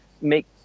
make